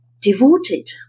devoted